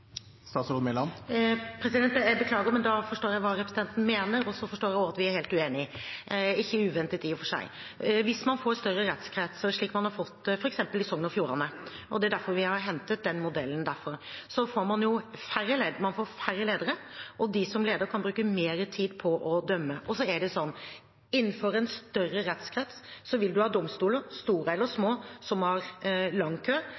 beklager – da forstår jeg hva representanten Bjørke mener, og jeg forstår også at vi er helt uenige, noe som ikke er uventet, i og for seg. Hvis man får større rettskretser, slik man har fått det f.eks. i Sogn og Fjordane – det er også derfor vi har hentet den modellen derfra – får man jo færre ledd og færre ledere. De som leder, kan bruke mer tid på å dømme. Innenfor en større rettskrets vil man ha domstoler – store